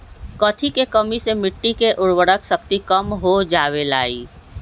कथी के कमी से मिट्टी के उर्वरक शक्ति कम हो जावेलाई?